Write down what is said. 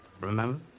Remember